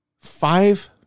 five